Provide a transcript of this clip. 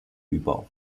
über